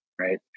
right